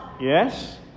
Yes